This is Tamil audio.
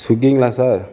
சுகிங்ளா சார்